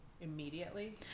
immediately